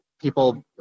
people